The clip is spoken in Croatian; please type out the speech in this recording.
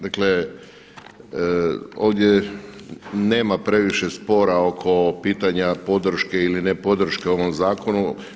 Dakle, ovdje nema previše spora oko pitanja podrške ili ne podrške ovom zakonu.